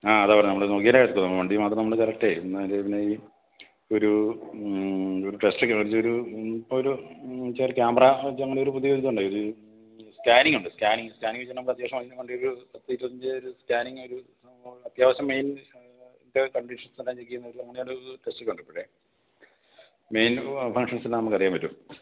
ആ അതാണ് പറഞ്ഞത് നമ്മൾ നോക്കിയാൽ വണ്ടി മാത്രം നമ്മൾ കറക്റ്റ് പിന്നെ ഒരു പിന്നെ ഈ ഒരു ടെസ്റ്റൊക്കെ വേണ്ട ഒരു ഒരു ക്യാമറ അങ്ങനെ ഒരു പുതിയൊരു ഇതുണ്ട് ഈ സ്കാനിങ് ഉണ്ട് സ്കാനിങ് സ്കാനിങ്ങെന്നു വെച്ചാൽ നമ്മൾ അത്യാവശ്യം മെയിൻ വണ്ടിക്ക് പത്ത് ഇരുപത്തഞ്ച് സ്കാനിങ് ഒരു അത്യാവശ്യം മെയിൻ കണ്ടീഷൻസ് എല്ലാം ചെക്ക് ചെയ്യുന്ന ഒരു അങ്ങനെ ഒരു ടെസ്റ്റിങ് ഉണ്ടിവിടെ മെയിൻ ഫങ്ഷൻസെല്ലാം നമുക്കറിയാൻ പറ്റും